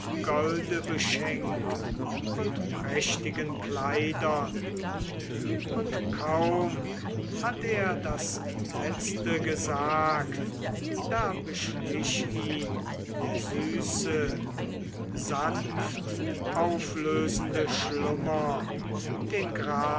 golde beschenkt und prächtigen kleidern und kaum hatt er das letzte gesagt da beschlich ihn der süße sanftauflösende schlummer den